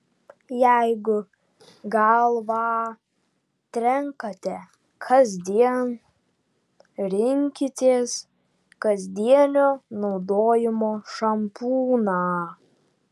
jeigu galvą trenkate kasdien rinkitės kasdienio naudojimo šampūną